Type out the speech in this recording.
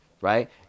right